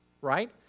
Right